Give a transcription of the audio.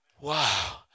Wow